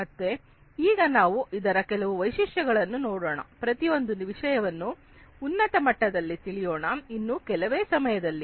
ಮತ್ತೆ ಈಗ ನಾವು ಅದರ ಕೆಲವು ವೈಶಿಷ್ಟ್ಯಗಳನ್ನು ನೋಡೋಣ ಪ್ರತಿಯೊಂದು ವಿಷಯವನ್ನು ಉನ್ನತ ಮಟ್ಟದಲ್ಲಿ ತಿಳಿಯೋಣ ಇನ್ನು ಕೆಲವೇ ಸಮಯದಲ್ಲಿ